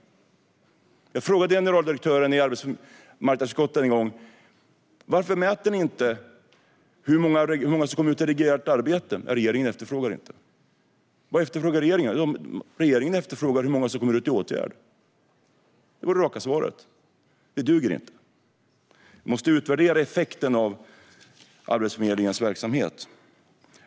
Jag frågade Arbetsförmedlingens generaldirektör när han var i arbetsmarknadsutskottet en gång: Varför mäter ni inte hur många som kommer ut i reguljärt arbete? Nej, regeringen efterfrågar inte det, svarade han. Vad efterfrågar regeringen? Regeringen efterfrågar hur många som kommer ut i åtgärder, var det raka svaret. Det här duger inte. Vi måste utvärdera effekten av Arbetsförmedlingens verksamhet.